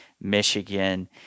Michigan